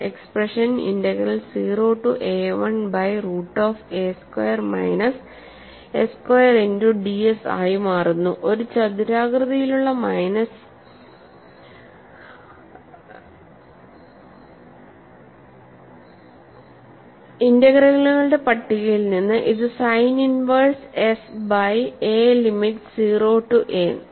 expression integral 0 to a 1 by root of a square minus s square into ds ആയി മാറുന്നുഇന്റഗ്രലുകളുടെ പട്ടികയിൽ നിന്ന്ഇത് sine inverse s by limit 0 to a